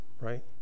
right